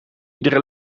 iedere